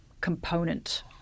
component